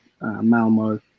Malmo